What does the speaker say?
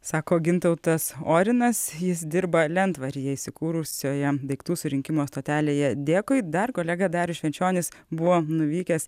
sako gintautas orinas jis dirba lentvaryje įsikūrusioje daiktų surinkimo stotelėje dėkui dar kolega darius švenčionis buvo nuvykęs